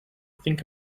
think